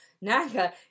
Naga